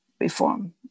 reform